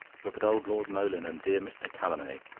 look at old lord moleyn and dear mr. callamay.